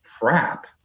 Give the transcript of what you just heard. crap